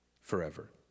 forever